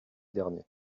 dernier